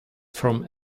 from